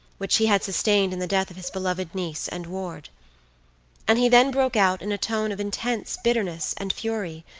which he had sustained in the death of his beloved niece and ward and he then broke out in a tone of intense bitterness and fury,